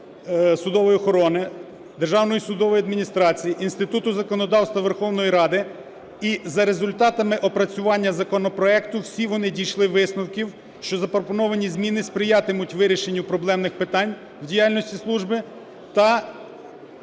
судової охорони, Державної судової адміністрації, Інституту законодавства Верховної Ради. І за результатами опрацювання законопроекту всі вони дійшли висновків, що запропоновані зміни сприятимуть вирішенню проблемних питань в діяльності служби, та